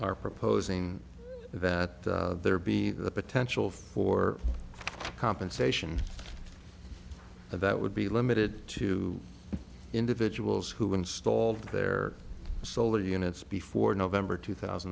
are proposing that there be the potential for compensation that would be limited to individuals who installed their solar units before november two thousand